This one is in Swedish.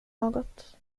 något